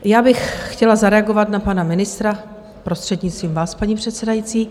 Já bych chtěla zareagovat na pana ministra, prostřednictvím vás, paní předsedající.